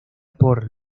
por